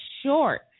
short